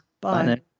Bye